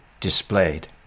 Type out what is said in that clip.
displayed